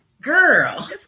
girl